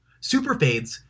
Superfades